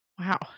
Wow